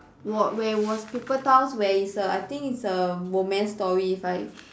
wa~ where was paper towns where it's a I think it's a romance story if I